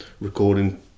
recording